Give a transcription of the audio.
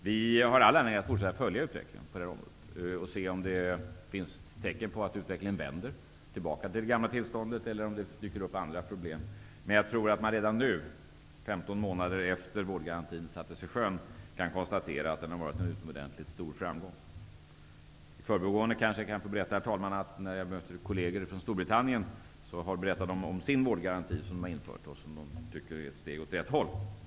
Vi har all anledning att fortsätta att följa utvecklingen och se om det finns tecken på att utvecklingen kommer att vända tillbaka till det gamla tillståndet eller om det dyker upp andra problem. Jag tror ändå att man redan nu, 15 månader efter det att vårdgarantin sattes i sjön, kan konstatera att den har varit en utomordentligt stor framgång. I förbigående, herr talman, kanske jag kan få berätta om kolleger från Storbritannien, som när jag mötte dem berättade om den vårdgaranti som de har infört och som de tycker är ett steg åt rätt håll.